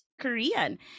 Korean